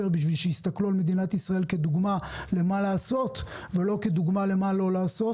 בשביל שיסתכלו על מדינת ישראל כדוגמה למה לעשות ולא כדוגמה למה לא לעשות.